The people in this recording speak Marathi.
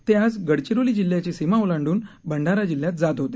ते आज गडचिरोली जिल्ह्याची सीमा ओलांडून भंडारा जिल्ह्यात जात होते